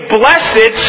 blessed